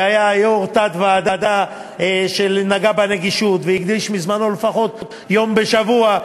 והיה יושב-ראש תת-ועדה שנגעה בנגישות והקדיש מזמנו לפחות יום בשבוע,